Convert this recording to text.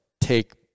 take